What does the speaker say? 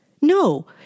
No